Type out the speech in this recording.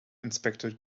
inspector